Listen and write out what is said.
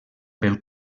pel